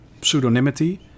pseudonymity